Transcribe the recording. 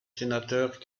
sénateur